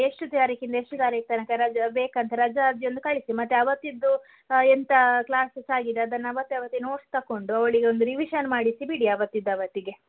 ಎಷ್ಟು ತಾರೀಕಿಂದ ಎಷ್ಟು ತಾರೀಕು ತನಕ ರಜೆ ಬೇಕಂತ ರಜಾ ಅರ್ಜಿ ಒಂದು ಕಳಿಸಿ ಮತ್ತು ಅವತ್ತಿದ್ದು ಎಂತ ಕ್ಲಾಸಸ್ ಆಗಿದೆ ಅದನ್ನು ಅವತ್ತು ಅವತ್ತೇ ನೋಟ್ಸ್ ತಕೊಂಡು ಅವಳಿಗೊಂದು ರಿವಿಶನ್ ಮಾಡಿಸಿ ಬಿಡಿ ಅವತ್ತಿದ್ದು ಅವತ್ತಿಗೆ